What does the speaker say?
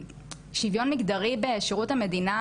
שוויון מגדרי בשירות המדינה,